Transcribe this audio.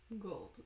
Gold